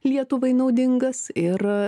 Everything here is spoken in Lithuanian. lietuvai naudingas ir